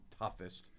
toughest